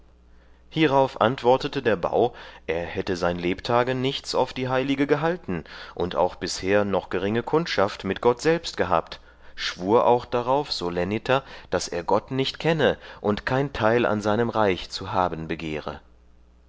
hierauf antwortete der baur er hätte sein lebtage nichts auf die heilige gehalten und auch bisher noch geringe kundschaft mit gott selbst gehabt schwur auch darauf solenniter daß er gott nicht kenne und kein teil an seinem reich zu haben begehre